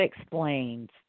explains